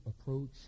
approach